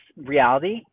reality